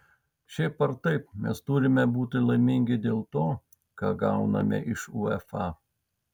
šiaip ar taip mes turime būti laimingi dėl to ką gauname iš uefa